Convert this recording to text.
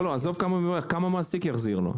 עזוב כמה הוא מרוויח, כמה המעסיק יחזיר לו?